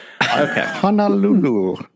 Honolulu